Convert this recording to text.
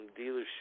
dealership